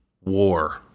War